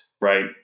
Right